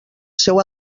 seu